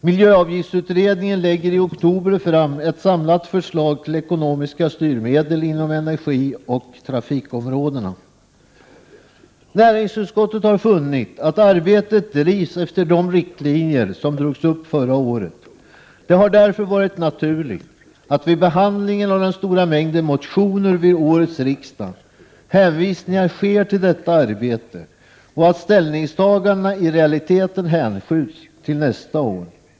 Miljöavgiftsutredningen lägger i oktober fram ett samlat förslag till ekonomiska styrmedel inom energioch trafikområdena. Näringsutskottet har funnit att arbetet drivs efter de riktlinjer som drogs upp förra året. Det har därför varit naturligt att vid behandlingen av den stora mängden motioner vid årets riksdag hänvisningar sker till detta arbete och att ställningstagandena i realiteten hänskjuts till nästa år.